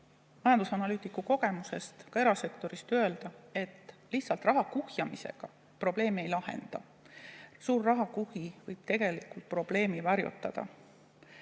majandusanalüütikukogemuse põhjal öelda, et lihtsalt raha kuhjamisega probleemi ei lahenda. Suur rahakuhi võib tegelikult probleemi varjutada.